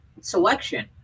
selection